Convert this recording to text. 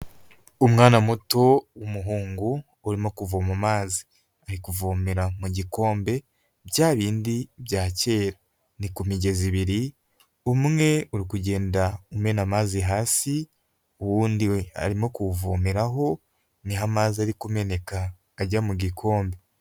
Umwana muto w'umuhungu urimo kuvoma mazi, ari kuvomera mu gikombe bya bindi bya kera. Ni ku migezi ibiri, umwe uri kugenda umena amazi hasi, uwundi we arimo kuwuvomeraho, ni ho amazi ari kumeneka ajya mu gikombe.